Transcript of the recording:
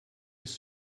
his